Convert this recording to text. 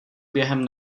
během